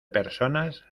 personas